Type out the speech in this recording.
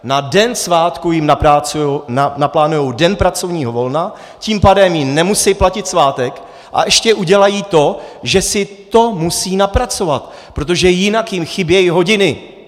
Na den svátku jim naplánují den pracovního volna, tím pádem jim nemusejí platit svátek a ještě udělají to, že si to musí napracovat, protože jinak jim chybí hodiny.